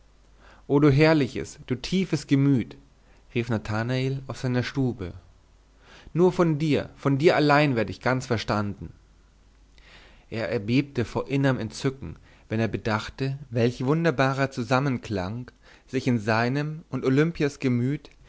o du herrliches du tiefes gemüt rief nathanael auf seiner stube nur von dir von dir allein werd ich ganz verstanden er erbebte vor innerm entzücken wenn er bedachte welch wunderbarer zusammenklang sich in seinem und olimpias gemüt